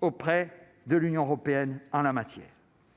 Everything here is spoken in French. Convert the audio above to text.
auprès de l'Union européenne en la matière.